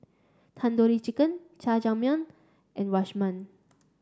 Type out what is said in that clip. Tandoori Chicken Jajangmyeon and Rajma